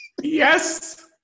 Yes